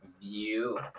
view